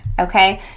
okay